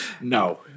No